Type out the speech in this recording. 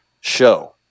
show